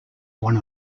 one